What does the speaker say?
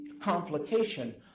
complication